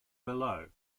below